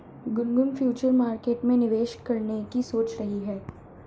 Gungun future market में निवेश करने की सोच रही है